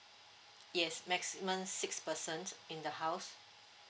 yes maximum six person in the house